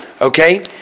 Okay